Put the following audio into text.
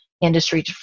industry